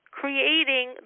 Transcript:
creating